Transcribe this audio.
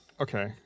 Okay